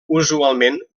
usualment